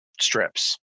strips